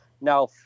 now